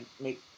make